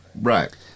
Right